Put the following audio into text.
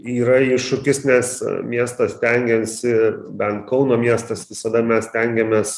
yra iššūkis nes miestas stengiasi bent kauno miestas visada mes stengiamės